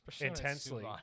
intensely